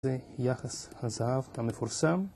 זה יחס הזהב המפורסם